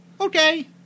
Okay